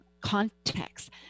context